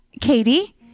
Katie